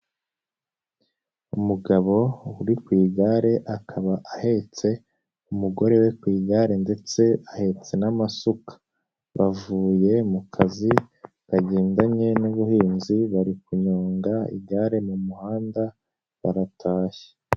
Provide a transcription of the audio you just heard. Umugabo uri ku igare akaba ahetse umugore we ku igare ndetse ahetse n'amasuka. Bavuye mu kazi kagendanye n'ubuhinzi bari kunyonga igare mu muhanda baratashye.